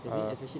err